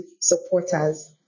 supporters